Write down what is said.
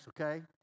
okay